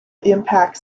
impacts